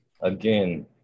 again